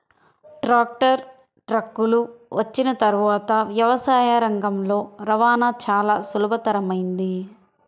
tractor, ట్రక్కులు వచ్చిన తర్వాత వ్యవసాయ రంగంలో రవాణా చాల సులభతరమైంది